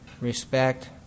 respect